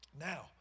Now